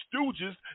stooges